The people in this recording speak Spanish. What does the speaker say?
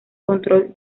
control